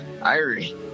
Irie